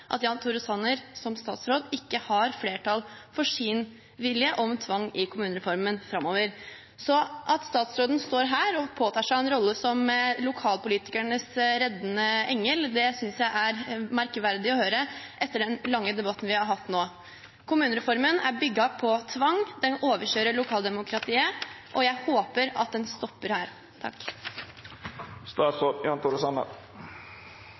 at Jan Tore Sanner som statsråd ikke har flertall for sin vilje om tvang i kommunereformen framover, så at statsråden står her og påtar seg en rolle som lokalpolitikernes reddende engel, synes jeg er merkverdig å høre etter den lange debatten vi har hatt nå. Kommunereformen er bygd på tvang, den overkjører lokaldemokratiet, og jeg håper at den stopper her.